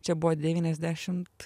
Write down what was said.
čia buvo devyniasdešimt